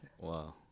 wow